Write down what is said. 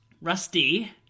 Rusty